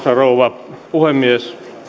rouva puhemies